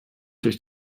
durch